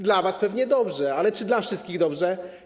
Dla was pewnie dobrze, ale czy dla wszystkich dobrze?